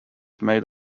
made